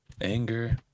anger